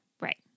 right